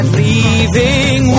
leaving